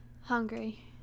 hungry